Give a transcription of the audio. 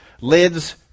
lids